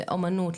אמנות,